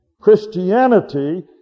Christianity